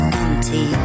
empty